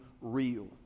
real